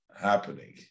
Happening